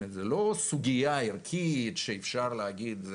זו לא סוגיה ערכית שאפשר להגיד,